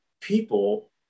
people